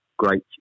great